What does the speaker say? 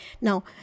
Now